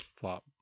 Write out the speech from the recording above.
flop